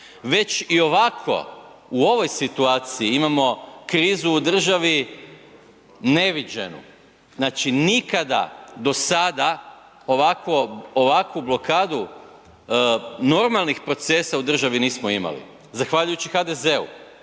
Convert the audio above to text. Već i ovako u ovoj situaciji imamo krizu neviđenu. Znači nikada do sada ovakvu blokadu normalnih procesa u državi nismo imali zahvaljujući HDZ-u,